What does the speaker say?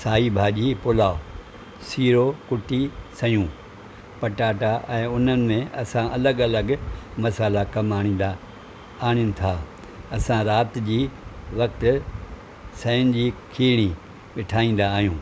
साई भाॼी पुलाउ सिरो कुटी सयूं पटाटा ऐं हुननि में असां अलॻि अलॻि मसाला कमु आणींदा आणियूं था असां राति जे वक़्तु सयूं जी खीड़ी बि ठाहिंदा आहियूं